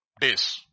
days